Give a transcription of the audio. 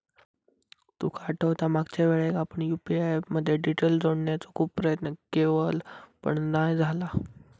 तुका आठवता मागच्यावेळेक आपण यु.पी.आय ऍप मध्ये डिटेल जोडण्याचो खूप प्रयत्न केवल पण नाय झाला